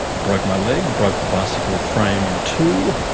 broke my leg, broke the bicycle frame in two,